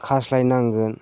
खास्लायनांगोन